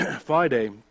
Friday